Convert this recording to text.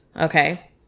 okay